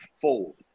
fold